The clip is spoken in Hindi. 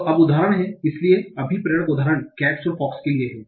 तो उदाहरण है इसलिए अभिप्रेरण उदाहरण cats और fox के लिए है